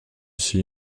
see